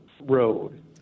Road